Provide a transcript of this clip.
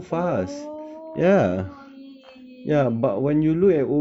oh ya ya ya